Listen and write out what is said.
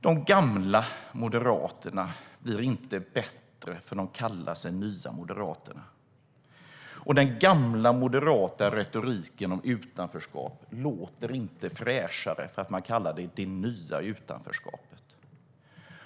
De gamla Moderaterna blir inte bättre för att de kallar sig för Nya moderaterna. Den gamla moderata retoriken om utanförskap låter inte fräschare för att man kallar det för det nya utanförskapet.